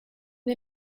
den